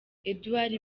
edouard